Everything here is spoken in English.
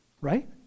right